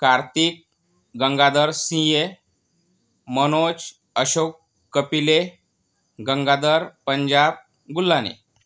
Kartik Gangadhar CA Manoj Ashok Kapile Gangadhar Punjab Gulhane